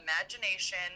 imagination